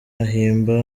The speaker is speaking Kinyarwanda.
ahimba